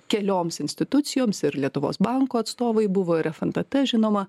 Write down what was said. kelioms institucijoms ir lietuvos banko atstovai buvo ir fntt žinoma